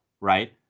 right